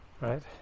right